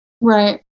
Right